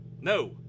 No